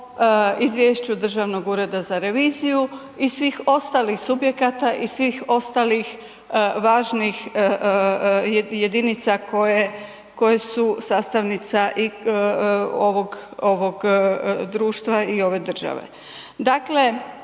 izvješću Državnog ureda za reviziju i svih ostalih subjekata i svih ostalih važnih jedinica koje su sastavnica i ovog društva i ove države.